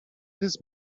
this